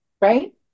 right